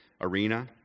arena